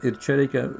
ir čia reikia